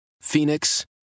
Phoenix